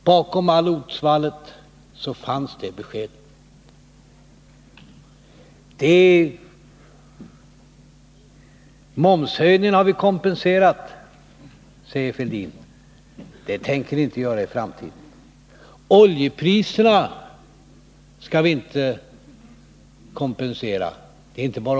Bakom allt ordsvallet fanns det beskedet. Momshöjningen har vi kompenserat, säger Thorbjörn Fälldin. Det tänker ni inte göra i framtiden. Oljeprishöjningarna skall ni inte kompensera.